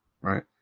Right